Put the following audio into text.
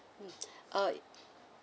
mm uh